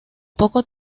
poco